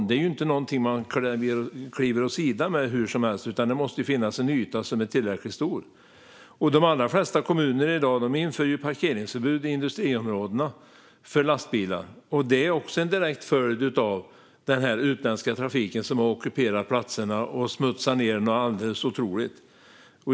Det är ju inte något man kliver åt sidan med hur som helst, utan det måste finnas en yta som är tillräckligt stor. De allra flesta kommuner inför i dag parkeringsförbud för lastbilar i industriområden. Också det är en direkt följd av den utländska trafik som ockuperar platserna och smutsar ned något alldeles otroligt.